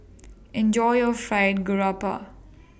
Enjoy your Fried Garoupa